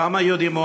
כמה יהודים?